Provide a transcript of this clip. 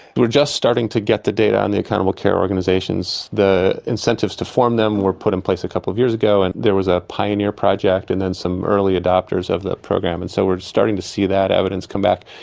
we're just starting to get the data on and the accountable care organisations. the incentives to form them were put in place a couple of years ago and there was a pioneer project and then some early adopters of the program, and so we're starting to see that evidence come back.